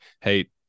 hey